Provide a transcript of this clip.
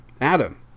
adam